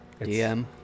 DM